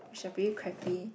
which are pretty crappy